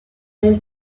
elle